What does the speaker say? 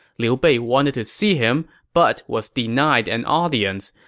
liu bei wanted to see him but was denied an audience.